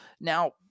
now